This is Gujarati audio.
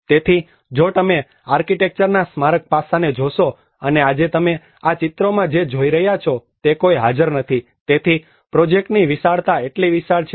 તેથી જો તમે આર્કિટેક્ચરના સ્મારક પાસાને જોશો અને આજે તમે આ ચિત્રોમાં જે જોઇ રહ્યા છો તે કોઈ હાજર નથી તેથી પ્રોજેક્ટની વિશાળતા એટલી વિશાળ છે